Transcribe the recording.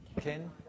Ken